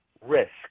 risk